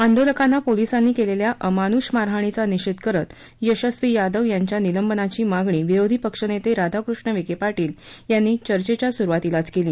आंदोलकांना पोलीसांनी केलेल्या अमानुष मारहाणीचा निषेध करत यशस्वी यादव यांच्या निलंबनाची मागणी विरोधी पक्षनेते राधाकृष्ण विखे पाटील यांनी चर्चेच्या सुरूवातीलाच केली